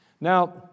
Now